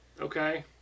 okay